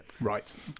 right